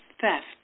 theft